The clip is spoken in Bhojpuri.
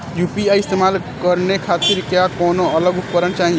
यू.पी.आई इस्तेमाल करने खातिर क्या कौनो अलग उपकरण चाहीं?